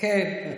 כן.